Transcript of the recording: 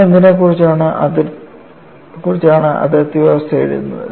നമ്മൾ എന്തിനെക്കുറിച്ചാണ് അതിർത്തി വ്യവസ്ഥ എഴുതുന്നത്